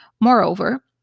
Moreover